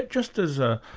just as a